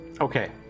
Okay